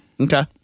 Okay